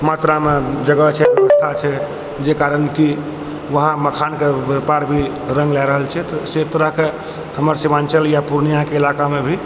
मात्रा मे जगह छै ब्यबस्था छै जाहि कारण कि उहाँ मखान के व्यापार भी रङ्ग लय रहल छै तऽ से तोरा कऽ हमर शिमाञ्चल या पूर्णिया के इलाका मे भी